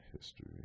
history